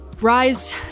rise